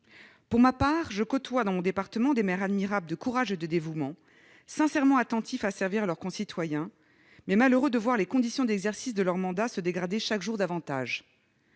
Pour ma part, je côtoie, dans mon département, des maires admirables de courage et de dévouement, sincèrement attentifs à servir leurs concitoyens, mais malheureux de voir les conditions d'exercice de leur mandat se dégrader chaque jour davantage.